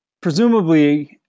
presumably –